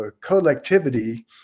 collectivity